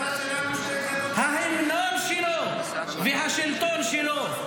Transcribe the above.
הוא התכוון --- ההמנון שלו והשלטון שלו.